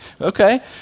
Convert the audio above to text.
okay